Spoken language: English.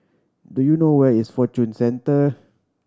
do you know where is Fortune Centre